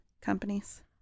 companies